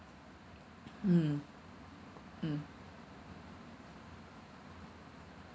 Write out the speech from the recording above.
mm mm